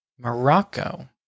Morocco